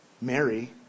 Mary